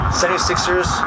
76ers